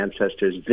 ancestors